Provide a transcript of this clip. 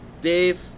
Dave